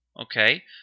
Okay